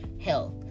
health